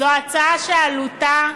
זו הצעה שעלותה,